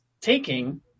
taking